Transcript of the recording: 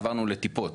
עברנו לטיפות,